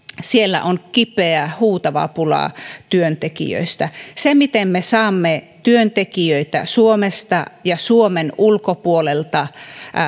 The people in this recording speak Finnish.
siellä on kipeä huutava pula työntekijöistä se miten me saamme työntekijöitä suomesta ja suomen ulkopuolelta